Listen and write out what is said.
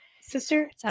sister